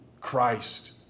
Christ